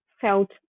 felt